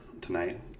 tonight